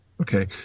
Okay